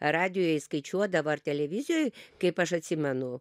radijuje skaičiuodavo ar televizijoj kaip aš atsimenu